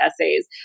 Essays